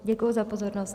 Děkuji za pozornost.